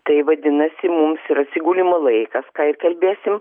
tai vadinasi mums ir atsigulimo laikas ką ir kalbėsim